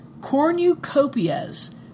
cornucopias